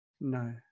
No